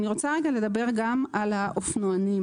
אני רוצה לדבר גם על האופנוענים.